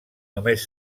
només